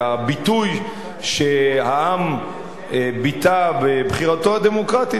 והביטוי שהעם ביטא בבחירתו הדמוקרטית,